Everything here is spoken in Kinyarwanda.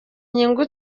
inyungu